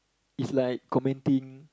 is like commenting